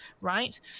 right